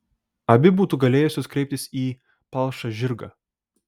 abi būtų galėjusios kreiptis į palšą žirgą